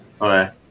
Okay